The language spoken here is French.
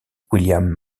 william